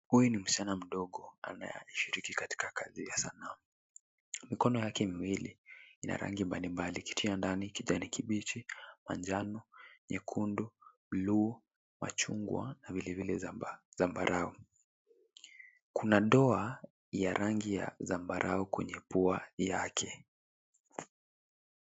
Huyu ni msichana mdogo anayeshiriki katika kazi ya sanaa. Mikono yake miwili ina rangi mbalimbali ikitia ndani kijani kibichi, manjano, nyekundu, buluu, machungwa na vilevile zambarau. Kuna doa ya rangi ya zambarau kwenye pua yake.